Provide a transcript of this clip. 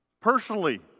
personally